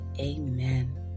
Amen